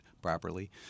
Properly